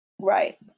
Right